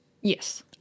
Yes